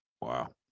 Wow